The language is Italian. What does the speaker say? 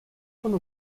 sono